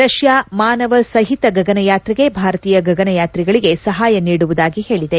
Russia ಮಾನವಸಹಿತ ಗಗನಯಾತ್ರೆಗೆ ಭಾರತೀಯ ಗಗನಯಾತ್ರಿಗಳಿಗೆ ಸಹಾಯ ನೀಡುವುದಾಗಿ ಹೇಳಿದೆ